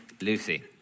Lucy